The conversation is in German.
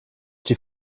die